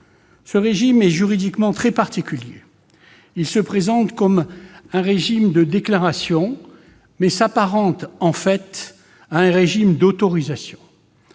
Ce régime, juridiquement très particulier, se présente comme un régime de déclaration, mais s'apparente en fait à un régime d'autorisation.